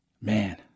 Man